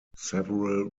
several